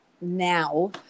now